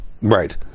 Right